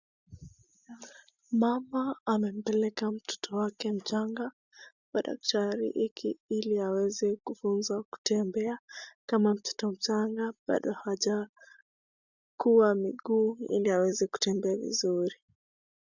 Mama amempeleka mtoto wake mchanga kwa daktari ili aweze kufunzwa kutembea kama mtoto mchanga bado hajakua miguu ili aweze kutembea vizuri.